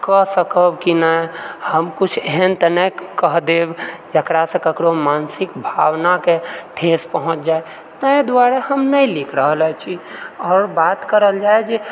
कऽ सकब कि नहि हम किछु एहन तऽ नहि कह देब जकरासँ ककरो मानसिक भावनाके ठेस पहुँच जाय ताहि दुआरे हम नहि लिख रहल अछि आओर बात करल जाय जे